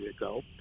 ago